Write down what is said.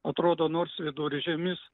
atrodo nors viduržemis